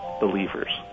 believers